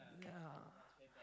yeah